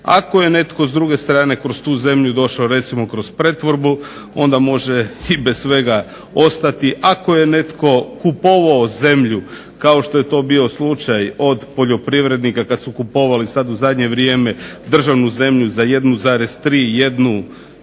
Ako je netko s druge strane kroz tu zemlju došao recimo kroz pretvorbu onda može i bez svega ostati. Ako je netko kupovao zemlju kao što je to bio slučaj od poljoprivrednika kada su kupovali sada u zadnje vrijeme državnu zemlju za 1,3 jednu